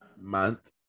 month